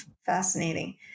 Fascinating